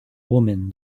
woman